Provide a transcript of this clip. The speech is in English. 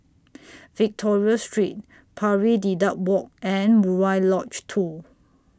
Victoria Street Pari Dedap Walk and Murai Lodge two